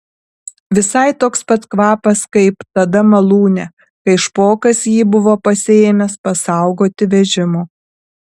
visai toks pat kvapas kaip tada malūne kai špokas jį buvo pasiėmęs pasaugoti vežimo